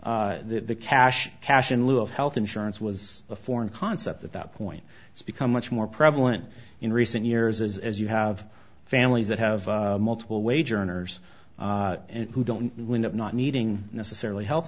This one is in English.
no cash cash in lieu of health insurance was a foreign concept at that point it's become much more prevalent in recent years as you have families that have multiple wage earners who don't wind up not needing necessarily health